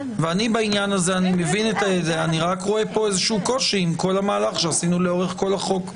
בעניין הזה אני רק רואה קושי עם כל המהלך שעשינו לאורך כל החוק.